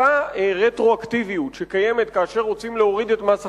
אותה רטרואקטיביות שקיימת כאשר רוצים להוריד את מס החברות,